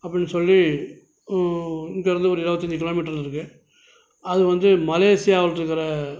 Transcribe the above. அப்டின்னு சொல்லி இங்கேருந்து ஒரு இருபத்தஞ்சி கிலோமீட்டரில் இருக்குது அது வந்து மலேஷியாவில்ருக்கற